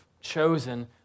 chosen